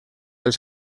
els